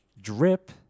drip